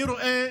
אני רואה